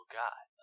god